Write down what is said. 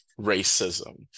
racism